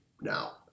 now